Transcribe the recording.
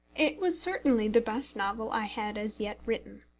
it was certainly the best novel i had as yet written.